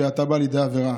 ואין אתה בא לידי עבירה: